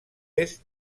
est